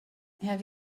have